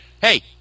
Hey